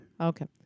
Okay